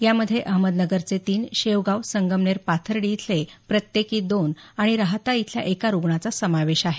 यामध्ये अहमदनगरचे तीन शेवगाव संगमनेर पाथर्डी इथले प्रत्येकी दोन आणि राहाता इथल्या एका रुग्णाचा समावेश आहे